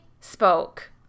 spoke